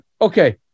Okay